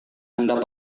anda